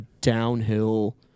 downhill